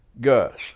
Gus